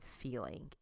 feeling